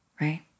right